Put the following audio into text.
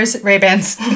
Ray-Bans